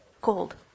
cold